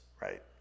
Right